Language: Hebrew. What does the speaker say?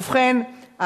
ובכן,